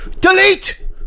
Delete